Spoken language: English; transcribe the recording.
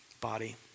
body